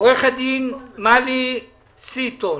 עו"ד מלי סיטון,